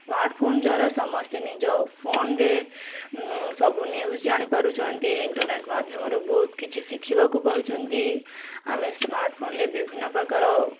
smartphone ଦ୍ଵାରା ସମସ୍ତେ ନିଜ ଫୋନ୍ରେ ସବୁ ନ୍ୟୁଜ୍ ଜାଣିପାରୁଛନ୍ତି ଇଣ୍ଟର୍ନେଟ୍ ମାଧ୍ୟମରୁ ବହୁତ କିଛି ଶିଖିବାକୁ ପାଉଛନ୍ତି ଆମେ ସ୍ମାର୍ଟ୍ଫୋନ୍ରେ ବିଭିନ୍ନପ୍ରକାର